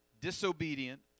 disobedient